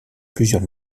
plusieurs